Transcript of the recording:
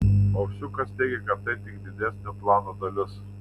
ovsiukas teigia kad tai tik didesnio plano dalis